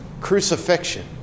crucifixion